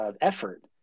effort